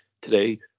Today